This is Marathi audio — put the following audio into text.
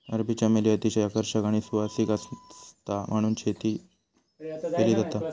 अरबी चमेली अतिशय आकर्षक आणि सुवासिक आसता म्हणून तेची शेती केली जाता